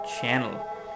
channel